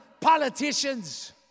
politicians